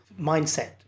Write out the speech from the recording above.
mindset